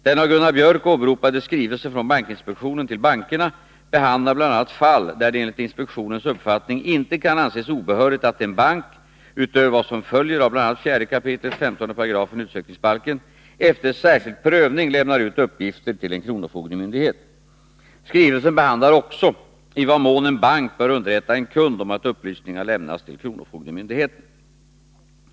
Den av Gunnar Biörck åberopade skrivelsen från bankinspektionen till bankerna behandlar bl.a. fall där det enligt inspektionens uppfattning inte kan anses obehörigt att en bank — utöver vad som följer av bl.a. 4 kap. 15 § utsökningsbalken — efter särskild prövning lämnar ut uppgifter till en kronofogdemyndighet. Skrivelsen behandlar också i vad mån en bank bör underrätta en kund om att upplysningar lämnats till kronofogdemyndigheten.